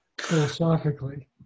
philosophically